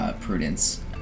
Prudence